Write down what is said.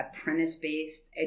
apprentice-based